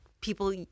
people